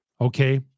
okay